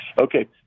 okay